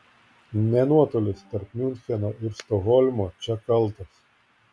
ne nuotolis tarp miuncheno ir stokholmo čia kaltas